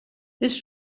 this